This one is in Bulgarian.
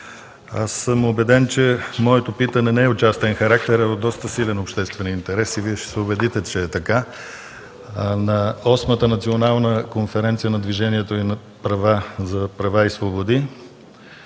Аз съм убеден, че моето питане не е от частен характер, а от доста силен обществен интерес. Вие ще се убедите, че е така. На Осмата национална конференция на Движението за права и свободи